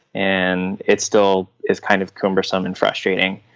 and it still is kind of cumbersome and frustrating.